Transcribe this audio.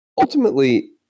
Ultimately